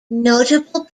notable